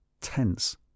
Tense